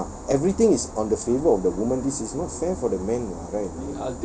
ah everything is on the favour of the woman this is not fair for the man [what] right